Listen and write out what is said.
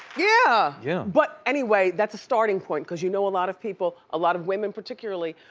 yeah yeah! but anyway, that's a starting point cause you know a lot of people, a lot of women particularly,